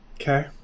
Okay